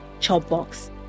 Chopbox